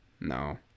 No